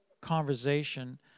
conversation